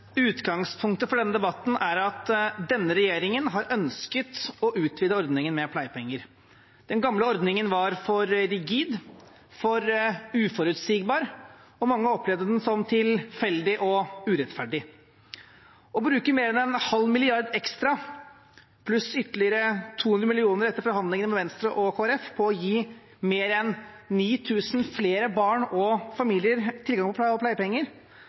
Utgangspunktet for denne debatten er at denne regjeringen har ønsket å utvide ordningen med pleiepenger. Den gamle ordningen var for rigid og for uforutsigbar, og mange opplevde den som tilfeldig og urettferdig. Å bruke mer enn en halv milliard ekstra pluss ytterligere 200 millioner etter forhandlingene med Venstre og Kristelig Folkeparti på å gi mer enn 9 000 flere barn og familier pleiepenger